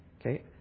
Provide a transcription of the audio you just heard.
Okay